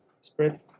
spread